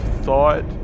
thought